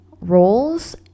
roles